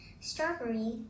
Strawberry